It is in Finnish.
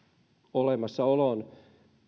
olemassaolon